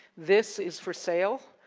this is for sale